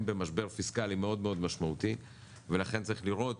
במשבר פיסקאלי מאוד מאוד משמעותי ולכן צריך לראות